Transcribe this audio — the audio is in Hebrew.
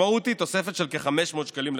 המשמעות היא תוספת של כ-500 שקלים לחודש.